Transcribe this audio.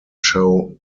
show